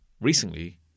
recently